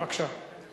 בבקשה.